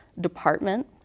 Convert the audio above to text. department